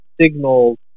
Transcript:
signals